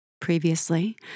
previously